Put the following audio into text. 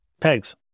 pegs